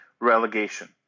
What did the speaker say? relegation